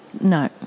no